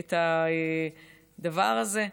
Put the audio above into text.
את הדבר הזה.